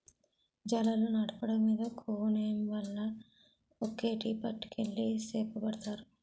జాలరులు నాటు పడవ మీద కోనేమ్ వల ఒక్కేటి పట్టుకెళ్లి సేపపడతారు